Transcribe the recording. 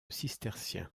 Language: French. cistercien